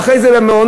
ואחרי זה במעונות,